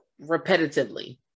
repetitively